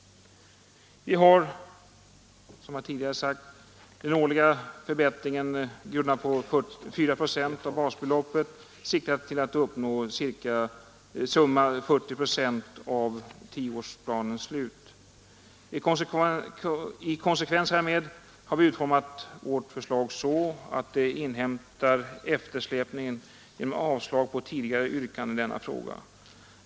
Vi har, som jag tidigare sagt, med den årliga förbättringen, grundad på 4 procent av basbeloppet, siktat till att uppnå summa 40 procent vid tioårsplanens slut. I konsekvens därmed har vi utformat vårt förslag så, att det inhämtar eftersläpningen genom avslag på tidigare yrkanden i denna fråga.